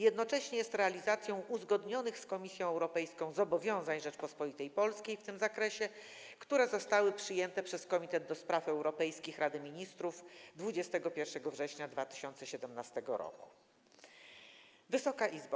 Jednocześnie jest realizacją uzgodnionych z Komisją Europejską zobowiązań Rzeczypospolitej Polskiej w tym zakresie, które zostały przyjęte przez Komitet do Spraw Europejskich Rady Ministrów 21 września 2017 r. Wysoka Izbo!